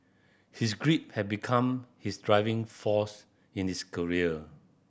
his grief had become his driving force in his career